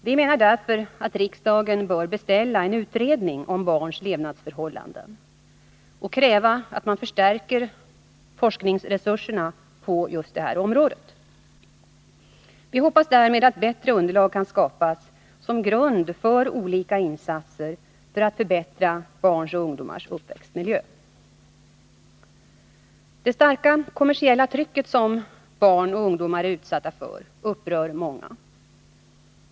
Vi menar därför att riksdagen bör beställa en utredning om barns levnadsförhållanden och kräva att man förstärker forskningsresurserna på just detta område. Vi hoppas därmed att bättre underlag kan skapas som grund för olika insatser för att förbättra barns och ungdomars uppväxtmiljö. Det starka kommersiella trycket som barn och ungdomar är utsatta för upprör många.